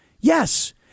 Yes